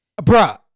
Bruh